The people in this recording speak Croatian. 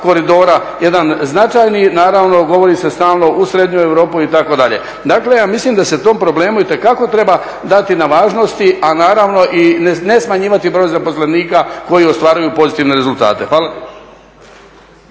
koridora jedan značajni. Naravno govori se stalno u srednju Europu itd. Dakle, ja mislim da se tom problemu itekako treba dati na važnosti, a naravno i ne smanjivati broj zaposlenika koji ostvaruju pozitivne rezultate. Hvala.